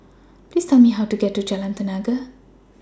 Please Tell Me How to get to Jalan Tenaga